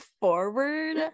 forward